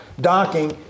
docking